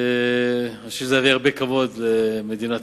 מדינה שיש בה מספר לא מבוטל של מיעוטים